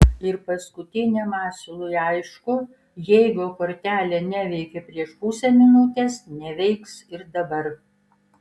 ir paskutiniam asilui aišku jeigu kortelė neveikė prieš pusę minutės neveiks ir dabar